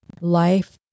life